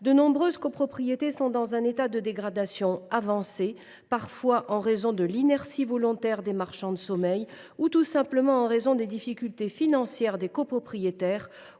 de nombreuses copropriétés sont dans un état de dégradation avancé, parfois en raison de l’inertie volontaire des marchands de sommeil, ou tout simplement en raison des difficultés financières des copropriétaires